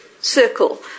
circle